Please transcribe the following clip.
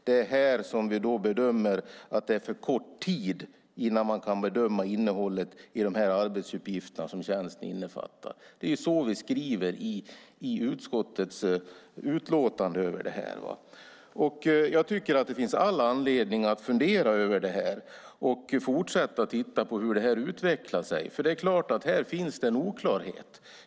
Det är här vi då bedömer att det har gått för kort tid för att vi ska kunna bedöma innehållet i de arbetsuppgifter tjänsten innefattar. Det är så vi skriver i utskottets utlåtande över detta. Jag tycker att det finns all anledning att fundera över detta och fortsätta titta på hur det utvecklar sig. Det är klart att det här finns en oklarhet.